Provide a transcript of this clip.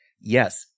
Yes